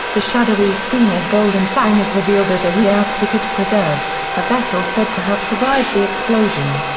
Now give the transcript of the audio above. the shadowy schooner golden fang is revealed as a reoutfitted preserved, a vessel said to have survived the explosion.